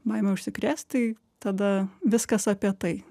baimę užsikrėst tai tada viskas apie tai